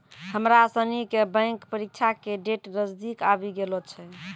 हमरा सनी के बैंक परीक्षा के डेट नजदीक आवी गेलो छै